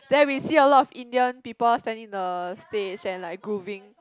then we see a lot of Indian people stand in the stage and like grooving